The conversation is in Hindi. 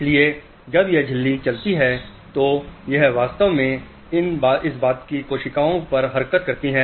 इसलिए जब यह झिल्ली चलती है तो यह वास्तव में इसके बालों की कोशिकाओं पर प्रक्रिया करती है